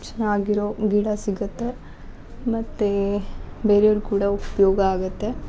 ಚೆನ್ನಾಗಿರೋ ಗಿಡ ಸಿಗುತ್ತೆ ಮತ್ತೇ ಬೇರೆ ಅವ್ರ್ಗೆ ಕೂಡ ಉಪಯೋಗ ಆಗುತ್ತೆ